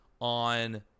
on